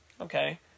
okay